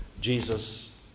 Jesus